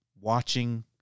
watching